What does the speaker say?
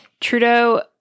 Trudeau